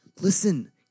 listen